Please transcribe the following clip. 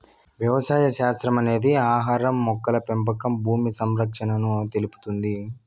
వ్యవసాయ శాస్త్రం అనేది ఆహారం, మొక్కల పెంపకం భూమి సంరక్షణను తెలుపుతుంది